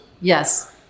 yes